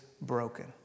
broken